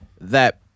that-